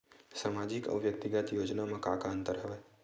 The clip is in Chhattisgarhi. सामाजिक अउ व्यक्तिगत योजना म का का अंतर हवय?